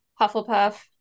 Hufflepuff